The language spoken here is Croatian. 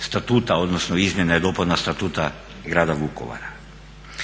statuta odnosno izmjena i dopuna statuta Grada Vukovara.